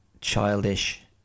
childish